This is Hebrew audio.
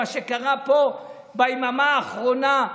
מה שקרה פה ביממה האחרונה,